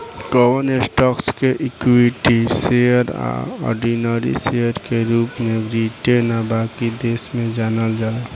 कवन स्टॉक्स के equity share आ ऑर्डिनरी शेयर के रूप में ब्रिटेन आ बाकी देश में जानल जाला